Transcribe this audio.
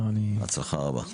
בהצלחה רבה.